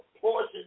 portion